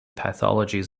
pathologies